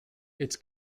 its